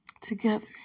together